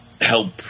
help